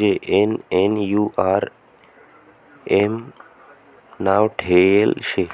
JNNURM नाव ठेयेल शे